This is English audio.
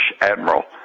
admiral